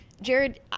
Jared